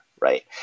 right